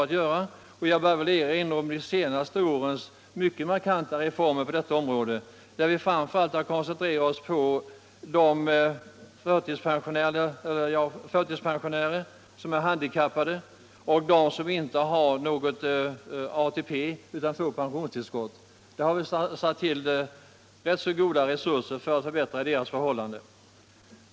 Jag vill bara erinra om de senaste årens mycket markanta reformer, där vi framför allt har koncentrerat oss på de förtidspensionärer som är handikappade och på dem som inte har någon ATP utan får pensionstillskott. Just för att förbättra deras förhållanden har vi satt in stora resurser.